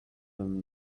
him